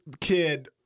kid